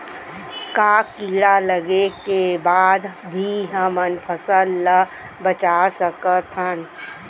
का कीड़ा लगे के बाद भी हमन फसल ल बचा सकथन?